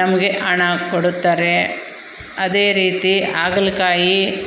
ನಮಗೆ ಹಣ ಕೊಡುತ್ತಾರೆ ಅದೇ ರೀತಿ ಹಾಗಲಕಾಯಿ